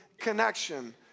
connection